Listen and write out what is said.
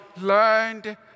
learned